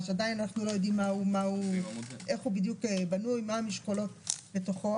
אין בו שום מקום לטעות,